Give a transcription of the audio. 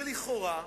ולכאורה,